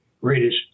greatest